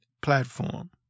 platform